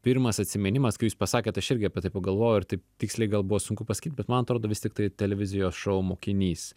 pirmas atsiminimas kai jūs pasakėt aš irgi apie tai pagalvojau ir taip tiksliai gal buvo sunku pasakyt bet man atrodo vis tiktai televizijos šou mokinys